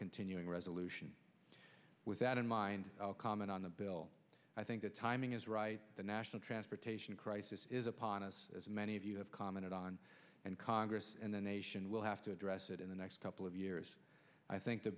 continuing resolution with that in my mind i'll comment on the bill i think the timing is right the national transportation crisis is upon us as many of you have commented on and congress and the nation will have to address it in the next couple of years i think the